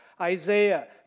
Isaiah